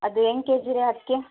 ಅದೇನು ಕೆಜಿ ರೀ ಅಕ್ಕಿ